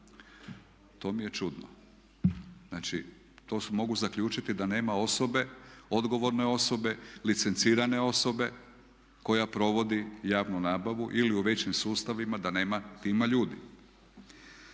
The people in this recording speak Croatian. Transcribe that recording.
To mi je čudno. Znači to mogu zaključiti da nema osobe, odgovorne osobe, licencirane osobe koja provodi javnu nabavu ili u većim sustavima da nema tima ljudi.